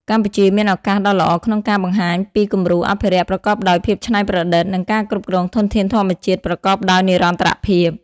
កម្ពុជាមានឱកាសដ៏ល្អក្នុងការបង្ហាញពីគំរូអភិរក្សប្រកបដោយភាពច្នៃប្រឌិត និងការគ្រប់គ្រងធនធានធម្មជាតិប្រកបដោយនិរន្តរភាព។